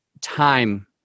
time